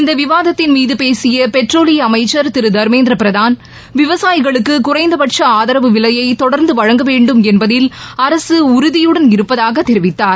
இந்த விவாத்தின் மீது பேசிய பெட்ரோலி அமைச்சர் தர்மேந்திர பிரதான் விவசாயிகளுக்கு குறைந்தபட்ச ஆதரவு விலையை தொடர்ந்து வழங்க வேண்டும் என்பதில் அரசு உறுதியுடன் இருப்பதாக தெரிவித்தார்